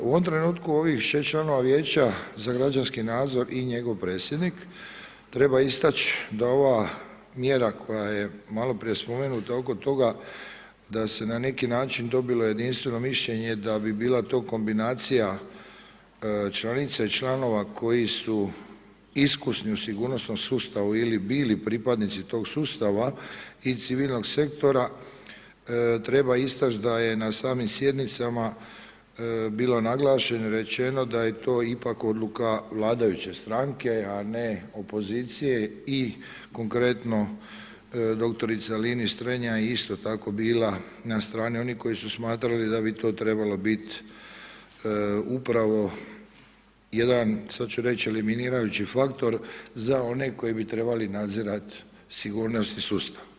U ovom trenutku ovih šest članova Vijeća za građanski nadzor i njegov predsjednik treba istaći da ova mjera koja je malo prije spomenuta oko toga da se na neki način dobilo jedinstveno mišljenje da bi bila to kombinacija članice i članova koji su iskusni u sigurnosnom sustavu ili bili pripadnici tog sustava i civilnog sektora, treba istaći na da je samim sjednicama bilo naglašeno i rečeno da je to ipak odluka vladajuće stranke a ne opozicije i konkretno dr. Linić-Strenja je isto tako bila na strani onih koji su smatrali da bi to trebalo biti upravo jedan sada ću reći eliminirajući faktor za one koji bi trebali nadzirati sigurnosni sustav.